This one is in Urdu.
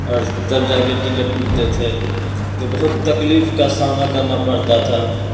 اور تب جا کے ٹکٹ ملتے تھے تو بہت تکلیف کا سامنا کرنا پرتا تھا